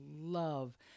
love